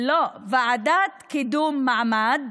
כתבו: ועדת קידום מעמד,